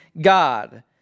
God